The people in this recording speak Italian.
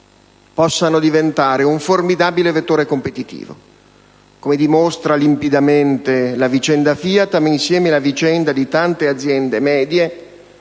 possano diventare un formidabile vettore competitivo. Lo dimostra limpidamente la vicenda FIAT, insieme alla vicenda di tante aziende medie,